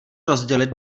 rozdělit